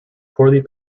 poorly